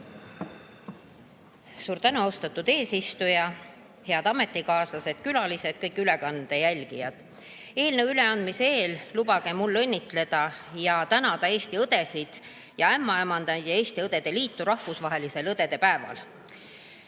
Suur tänu, austatud eesistuja! Head ametikaaslased, külalised ja kõik ülekande jälgijad! Eelnõu üleandmise eel lubage mul õnnitleda ja tänada Eesti õdesid, ämmaemandaid ja Eesti Õdede Liitu rahvusvahelisel õdede päeval.